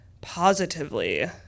positively